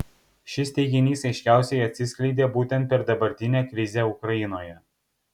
šis teiginys aiškiausiai atsiskleidė būtent per dabartinę krizę ukrainoje